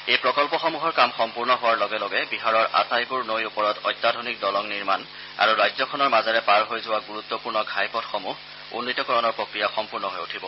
এই প্ৰকল্পসমূহৰ কাম সম্পূৰ্ণ হোৱাৰ লগে লগে বিহাৰৰ আটাইবোৰ নৈৰ ওপৰত অত্যাধুনিক দলং নিৰ্মাণ আৰু ৰাজ্যখনৰ মাজেৰে পাৰ হৈ যোৱা গুৰুত্বপূৰ্ণ ঘাইপথসমূহ উন্নীতকৰণৰ প্ৰক্ৰিয়া সম্পূৰ্ণ হৈ উঠিব